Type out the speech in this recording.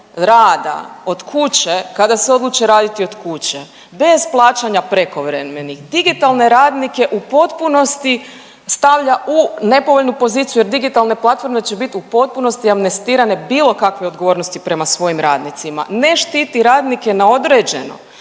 rada od kuće kada se odluče raditi od kuće. Bez plaćanja prekovremenih, digitalne radnike u potpunosti stavlja u nepovoljnu poziciju jer digitalne platforme će biti u potpunosti amnestirane bilo kakve odgovornosti prema svojim radnicima. Ne štiti radnike na određeno